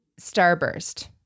Starburst